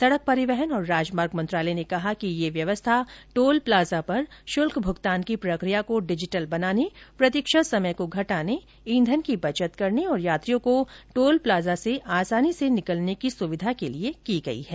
सडक परिवहन और राजमार्ग मंत्रालय ने कहा है कि यह व्यवस्था टोल प्लाजा पर शुल्क भूगतान की प्रक्रिया को डिजिटल बनाने प्रतीक्षा समय को घटाने ईंधन की बचत करने और यात्रियों को टोल प्लाजा से आसानी से निकलने की सुविधा के लिए की गई है